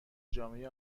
جامعه